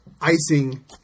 icing